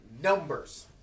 numbers